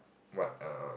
what um